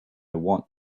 want